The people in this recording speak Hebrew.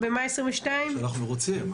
שאנחנו רוצים,